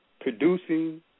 producing